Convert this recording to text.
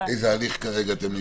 באיזה הליך כרגע אתם נמצאים,